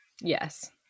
Yes